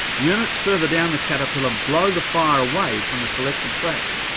units further down the caterpillar blow the fire away from the selected track.